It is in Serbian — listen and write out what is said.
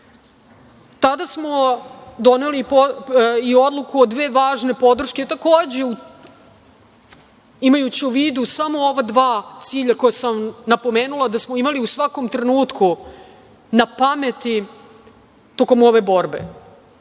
itd. Tada smo doneli i odluku o dve važne podrške, takođe, imajući u vidu samo ova dva cilja koja sam napomenula da smo imali u svakom trenutku na pameti tokom ove borbe